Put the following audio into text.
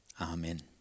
Amen